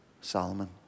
Solomon